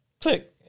click